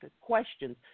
questions